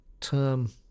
term